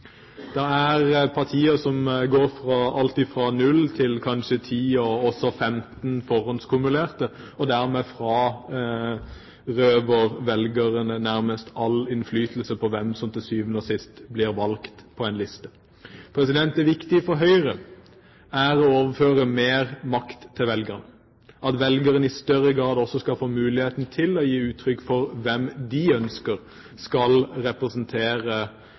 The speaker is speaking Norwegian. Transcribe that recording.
Det er partier som går fra alt fra null til kanskje ti og også femten forhåndskumulerte, og dermed frarøver man velgerne nærmest all innflytelse på hvem som til syvende og sist blir valgt på en liste. Det viktige for Høyre er å overføre mer makt til velgerne, at velgerne i større grad også skal få mulighet til å gi uttrykk for hvem de ønsker skal representere